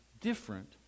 different